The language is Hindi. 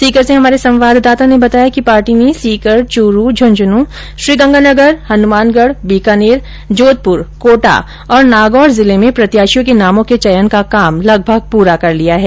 सीकर से हमारे सवांददाता ने बताया कि पार्टी ने सीकर चूरू झुंझुनूं श्रीगंगानगर हनुमानगढ बीकानेर जोधपुर कोटा और नागौर जिले में प्रत्याशियों के नामों के चयन का काम लगभग पूरा कर लिया है